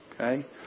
Okay